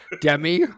Demi